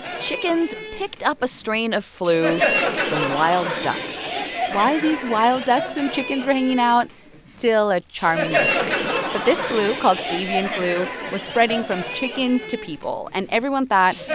chickens picked up a strain of flu from wild ducks why these wild ducks and chickens were hanging out still a charming mystery. but this flu, called avian flu, was spreading from chickens to people. and everyone thought,